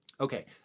Okay